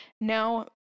now